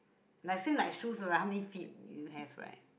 like same like shoes lah how many feet you have right